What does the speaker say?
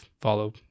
follow